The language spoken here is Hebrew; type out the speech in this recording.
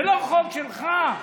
זה לא חוק שלך.